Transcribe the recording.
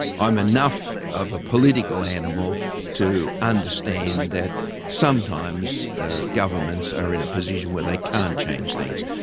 i'm enough of a political animal to understand that sometimes governments are in a position where they can't change things.